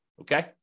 okay